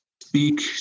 speak